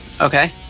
Okay